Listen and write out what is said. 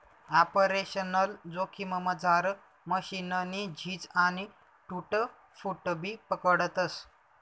operational जोखिममझार मशीननी झीज आणि टूट फूटबी पकडतस